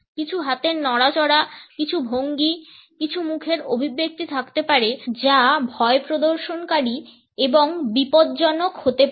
কিছু হাতের নড়াচড়া কিছু ভঙ্গি কিছু মুখের অভিব্যক্তি থাকতে পারে যা ভয়প্রদর্শনকারী এবং বিপজ্জনক হতে পারে